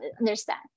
understand